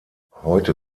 heute